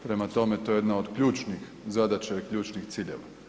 Prema tome, to je jedna od ključnih zadaća i ključnih ciljeva.